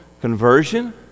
conversion